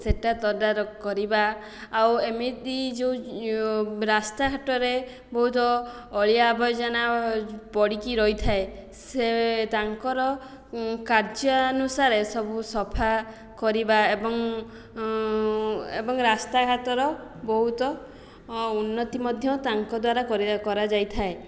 ସେଟା ତଦାରଖ କରିବା ଆଉ ଏମିତି ଯେଉଁ ରାସ୍ତାଘାଟରେ ବହୁତ ଅଳିଆ ଆବର୍ଜନା ପଡ଼ିକି ରହିଥାଏ ସେ ତାଙ୍କର କାର୍ଯ୍ୟାନୁସାରେ ସବୁ ସଫା କରିବା ଏବଂ ଏବଂ ରାସ୍ତାଘାଟର ବହୁତ ଉନ୍ନତି ମଧ୍ୟ ତାଙ୍କ ଦ୍ଵାରା କରାଯାଇଥାଏ